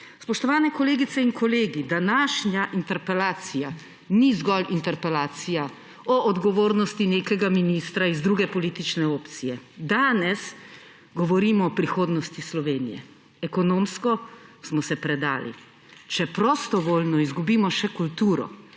Spoštovani kolegice in kolegi, današnja interpelacija ni zgolj interpelacija o odgovornosti nekega ministra iz druge politične opcije. Danes govorimo o prihodnosti Slovenije. Ekonomsko smo se predali, če prostovoljno izgubimo še kulturo,